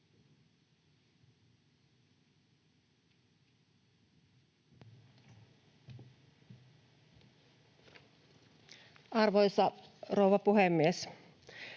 Arvoisa rouva puhemies!